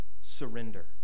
surrender